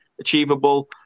achievable